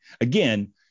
again